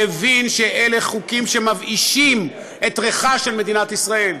מבין שאלה חוקים שמבאישים את ריחה של מדינת ישראל,